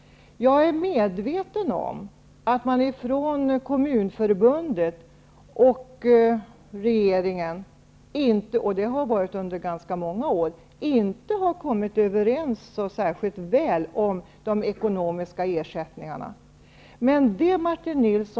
Jag är medveten om att Kommunförbundet och regeringen inte har kommit överens särskilt väl om de ekonomiska ersättningarna. Det har varat under ganska många år.